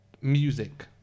music